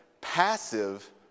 passive